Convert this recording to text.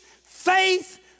faith